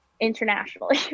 Internationally